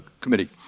committee